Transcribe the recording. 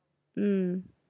mm